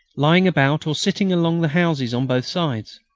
lying about or sitting along the houses on both sides.